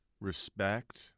Respect